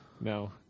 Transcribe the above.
No